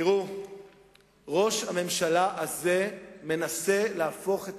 ראש הממשלה הזה מנסה להפוך את